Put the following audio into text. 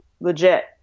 legit